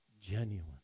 genuine